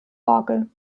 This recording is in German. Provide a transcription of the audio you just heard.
orgel